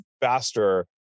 faster